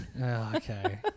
Okay